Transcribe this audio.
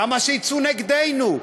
למה שיצאו נגדנו?